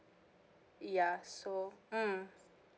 ya so mm